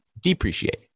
depreciate